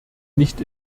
nicht